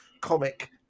comic